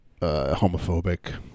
homophobic